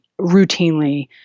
routinely